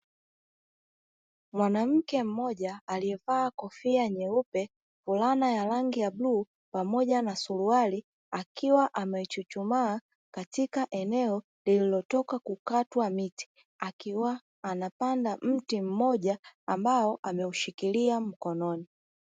Mwanamke mmoja aliyevaa kofia nyeupe, fulana ya rangi ya bluu pamoja na suruali akiwa amechuchumaa katika eneo lililotoka kukatwa miti, akiwa anapanda mti mmoja ambao ameushikilia mkononi.